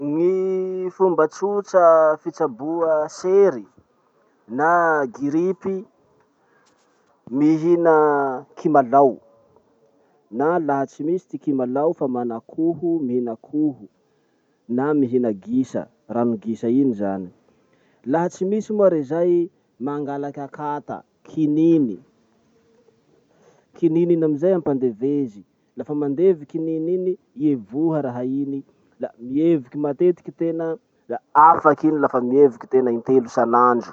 Gny fomba tsotra fitsaboa sery na giripy. Mihina kimalao. Na laha tsy misy ty kimalao fa mana akoho, mihina akoho na mihina gisa. Rano gisa iny zany. Laha tsy misy moa rey zay, mangalaky akata, kininy. Kininy iny amizay ampandevezy, lafa mandevy kininy iny, ievoha raha iny, la mievoky matetiky tena la afaky iny lafa mievoky tena intelo isanandro.